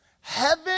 Heaven